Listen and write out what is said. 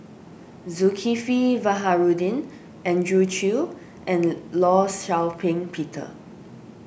Zulkifli Baharudin Andrew Chew and Law Shau Ping Peter